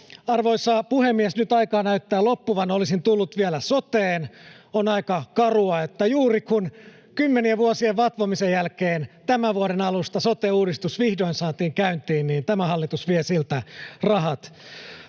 Arvoisa puhemies! Nyt aika näyttää loppuvan. Olisin tullut vielä soteen: On aika karua, että juuri, kun kymmenien vuosien vatvomisen jälkeen tämän vuoden alusta sote-uudistus vihdoin saatiin käyntiin, tämä hallitus vie siltä rahat.